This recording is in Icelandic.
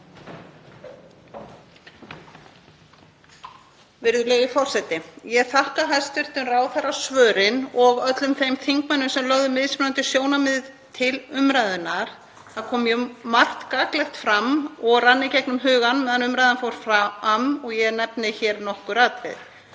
Virðulegi forseti. Ég þakka hæstv. ráðherra svörin og öllum þeim þingmönnum sem lögðu mismunandi sjónarmið til umræðunnar. Það kom mjög margt gagnlegt fram og margt sem rann í gegnum hugann meðan umræðan fór fram og ég nefni hér nokkur atriði.